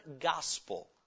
gospel